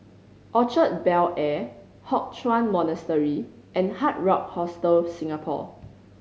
Orchard Bel Air Hock Chuan Monastery and Hard Rock Hostel Singapore